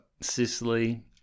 Sicily